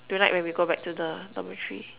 tonight when we go back to the dormitory